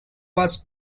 was